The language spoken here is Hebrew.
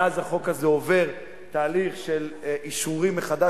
מאז החוק הזה עובר תהליך של אישורים מחדש,